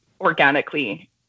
organically